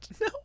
No